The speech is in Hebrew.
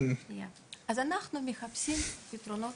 אז אנחנו מחפשים פתרונות